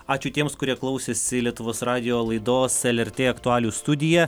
ačiū tiems kurie klausėsi lietuvos radijo laidos lrt aktualijų studija